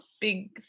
big